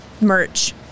merch